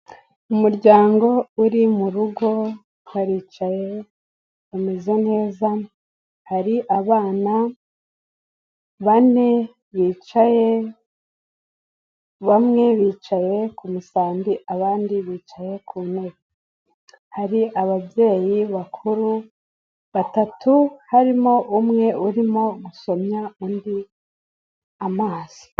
Umuryango uri mu rugo baricaye bameze neza, hari abana bane bicaye, bamwe bicaye ku ku musambi abandi bicaye ku ntebe. Hari ababyeyi bakuru batatu, harimo umwe urimo gusomya undi amazi.